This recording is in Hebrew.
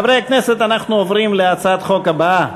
חברי הכנסת, אנחנו עוברים להצעת החוק הבאה,